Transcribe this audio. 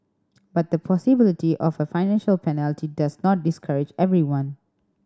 but the possibility of a financial penalty does not discourage everyone